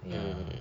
mm